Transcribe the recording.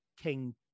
King